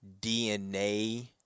DNA